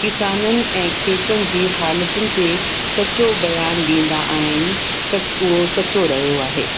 किसाननि ऐं खेतनि जे हालतुनि ते सचो ब्यान ॾींदा आहिनि सच उहो सचो रहियो आहे